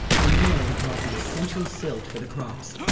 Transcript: the nile brought the essential silt for the crops.